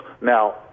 Now